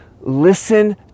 Listen